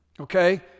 Okay